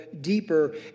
deeper